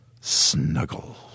snuggle